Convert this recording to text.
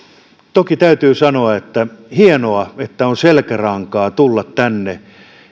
toki täytyy sanoa että hienoa että on selkärankaa tulla tänne